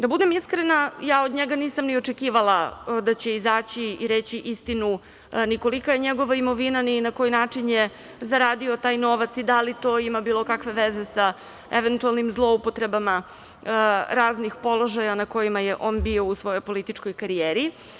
Da budem iskrena, ja od njega nisam ni očekivala da će izaći i reći istinu ni kolika je njegova imovina ni na koji način je zaradio taj novac i da li to ima bilo kakve veze sa eventualnim zloupotrebama raznih položaja na kojima je on bio u svojoj političkoj karijeri.